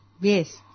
Yes